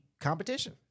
competition